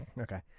Okay